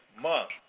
month